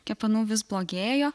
kepenų vis blogėjo